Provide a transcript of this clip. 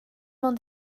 ond